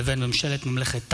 לבין ממשלת ממלכת תאילנד.